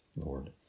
Lord